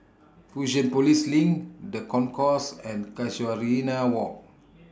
Fusionopolis LINK The Concourse and Casuarina Walk